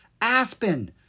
Aspen